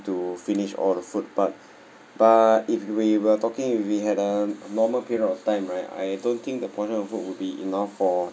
to finish all the foot but but if we were talking if we had a normal period of time right I don't think the portion of food would be enough for